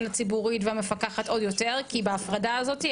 הציבורית והמפקחת עוד יותר כי בהפרדה הזאת,